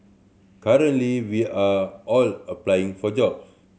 currently we are all applying for jobs